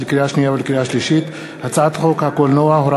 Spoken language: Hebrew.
התקבל בקריאה שלישית ויועבר